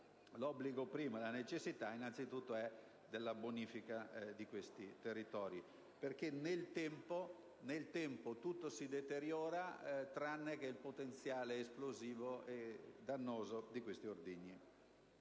innanzitutto quello della bonifica di questi territori, perché nel tempo tutto si deteriora tranne che il potenziale esplosivo e dannoso di questi ordigni.